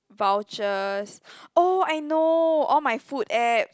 vouchers oh I know all my food apps